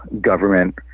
government